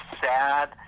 sad